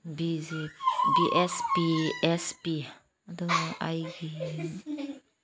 B J B S P S P ꯑꯗꯨꯒ ꯑꯩꯒꯤ